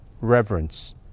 reverence